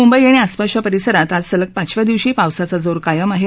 मुंबई आणि आसपासच्या परिसरात आज सलग पाचव्या दिवशी पावसाचा जोर कायम आहे